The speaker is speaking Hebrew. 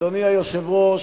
אדוני היושב-ראש,